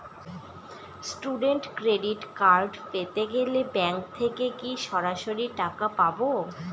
Student credit card পেতে গেলে bank থেকে কি সরাসরি টাকা পাবো?